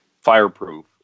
fireproof